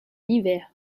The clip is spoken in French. hiver